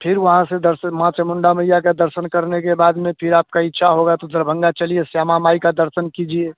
फिर वहाँ से दर्शन माँ चमुंडा मैया का दर्शन करने के बाद में फिर आपकी इच्छा होगी तो दरभंगा चलिए श्यामा माई का दर्शन कीजिए